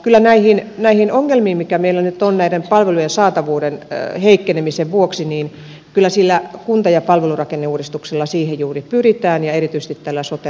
kyllä näiden ongelmien ratkaisuun joita meillä nyt on näiden palvelujen saatavuuden heikkenemisen vuoksi sillä kunta ja palvelurakenneuudistuksella juuri pyritään ja erityisesti tällä sote rakenneuudistuksella